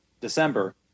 December